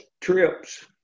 trips